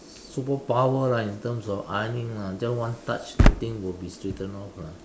superpower like in terms of ironing lah just one touch the thing will be straightened off lah